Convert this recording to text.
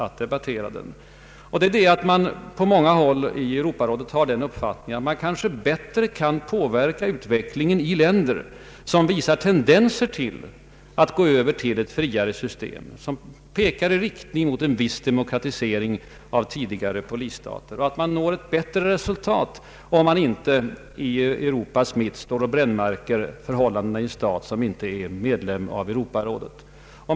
Ett sådant motiv är att man på många håll i Europarådet har uppfattningen att man bättre kan påverka utvecklingen i länder som visat tendenser till att gå över till ett friare system, tendenser som pekar mot en viss demokratisering av tidigare polisstater, och att man når ett bättre resultat, om man inte i Europas mitt står och brännmärker förhållandena i en stat, som inte är medlem av Europarådet.